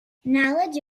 knowledge